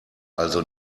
also